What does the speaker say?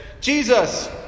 Jesus